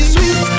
Sweet